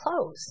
clothes